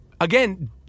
Again